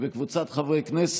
התקבלה בקריאה הטרומית.